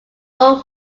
own